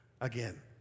again